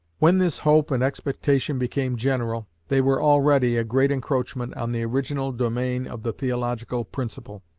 when this hope and expectation became general, they were already a great encroachment on the original domain of the theological principle.